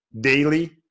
daily